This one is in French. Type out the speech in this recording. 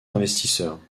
investisseurs